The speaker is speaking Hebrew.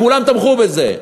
כולם תמכו בזה.